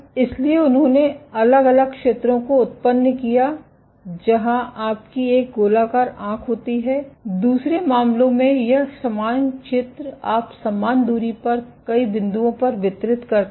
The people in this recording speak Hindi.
इसलिए उन्होंने अलग अलग क्षेत्रों को उत्पन्न किया जहां आपकी एक गोलाकार आंख होती है दूसरे मामले में यह समान क्षेत्र आप समान दूरी पर कई बिंदुओं पर वितरित करते हैं